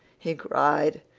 he cried,